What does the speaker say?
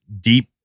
deep